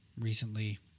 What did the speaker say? recently